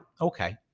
okay